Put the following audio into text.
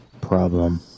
problem